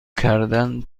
کردن